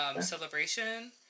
celebration